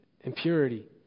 impurity